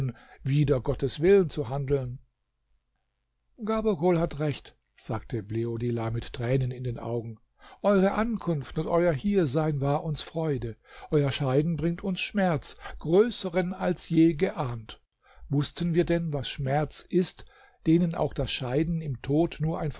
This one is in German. wider gottes willen zu handeln gabokol hat recht sagte bleodila mit tränen in den augen eure ankunft und euer hiersein war uns freude euer scheiden bringt uns schmerz größeren als wir je geahnt wußten wir denn was schmerz ist denen auch das scheiden im tod nur